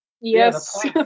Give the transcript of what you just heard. yes